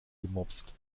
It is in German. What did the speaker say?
gemopst